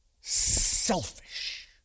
selfish